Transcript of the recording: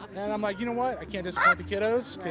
and i'm like, you know what, i can't disappoint the kiddos.